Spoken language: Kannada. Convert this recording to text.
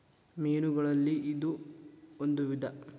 ಮೇನುಗಳಲ್ಲಿ ಇದು ಒಂದ ವಿಧಾ